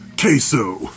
queso